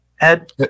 Ed